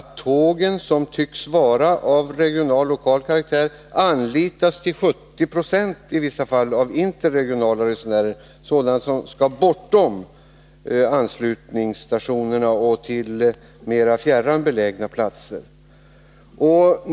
Tåg som tycks vara av regional eller lokal karaktär anlitas i vissa fall till 70 20 av interregionala resenärer, som skall resa bortom anslutningsstationerna till mer fjärran belägna platser.